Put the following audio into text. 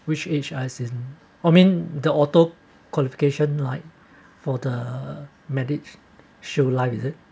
which is I've seen I mean the auto qualification like for the MediShield Life is it